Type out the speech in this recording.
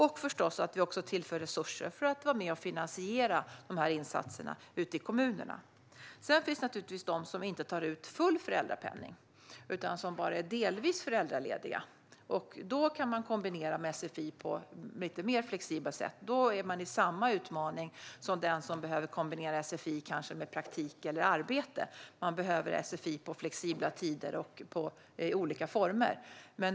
Vi tillför också resurser för att vara med och finansiera de här insatserna ute i kommunerna. Sedan finns det de som inte tar ut full föräldrapenning utan som bara är delvis föräldralediga. Då kan de kombinera med sfi på ett lite mer flexibelt sätt. Då har de samma utmaning som den som kanske behöver kombinera sfi med praktik eller arbete. De behöver sfi på flexibla tider och i olika former.